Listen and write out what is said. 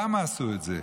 למה עשו את זה?